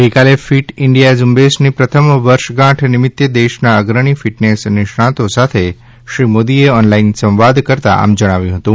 ગઈકાલે fit India ઝુંબેશની પ્રથમ વર્ષગાંઠ નિમિત્તે દેશના અગ્રણી ફિટનેસ નિષ્ણાંત સાથે શ્રી મોદીએ ઓનલાઇન સંવાદ કરતાં આમ જણાવ્યુ હતું